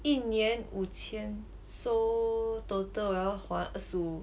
一年五千 so total 我要还二十五